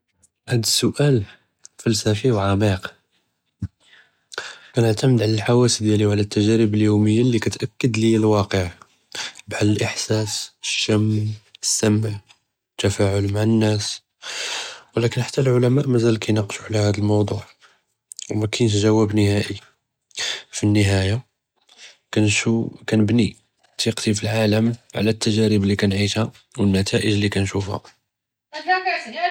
האד א־סואל פילוסופי ו עמיק, כנתעד עלא אלחוואס דיאלי, ו עלא אלתג'ארב אליומיה אללי كتאכּד לִי אלוואקִע, בחאל אלאחְסאס, אלשם, אלסמע, אלתפעול مع אלנאס. ו ولكין חתה אלעולמאא' מזאל כִינאקּשו עלא האד אלמועדוּע, ו מאכּינש ג'וּבּ נְהאִי, פי אלנִהאיה כנשوف, כنبני תִקתי פי אלעלם עלא אלתג'ארב אללי כنعישהא, ו אלנּתאִיג' אללי כנשوفהא.